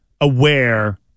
aware